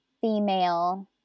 female